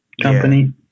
Company